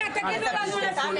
ההצעה עברה.